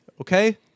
okay